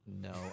No